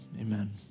Amen